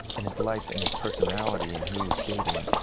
and his life, and his personality, and who he was dating.